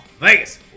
Vegas